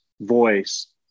voice